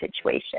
situation